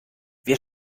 wir